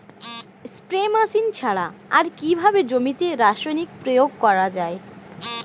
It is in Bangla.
স্প্রে মেশিন ছাড়া আর কিভাবে জমিতে রাসায়নিক প্রয়োগ করা যায়?